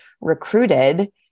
recruited